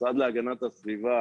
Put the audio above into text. המשרד להגנת הסביבה